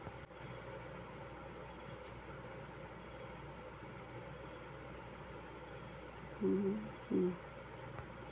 बोराच्या झाडात कमी पाणी आणि दुष्काळाशी लढण्याची ताकद असता